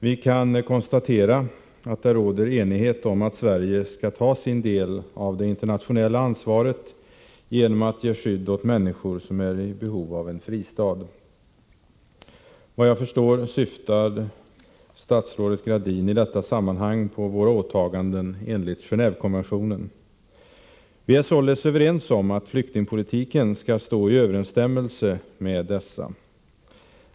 Vi kan konstatera att det råder enighet om att Sverige skall ta sin del av det internationella ansvaret genom att ge skydd åt människor som är i behov av en fristad. Vad jag förstår syftar statsrådet Gradin i detta sammanhang på våra åtaganden enligt Gen&ve-konventionen. Vi är således överens om att flyktingpolitiken skall stå i överensstämmelse med dessa.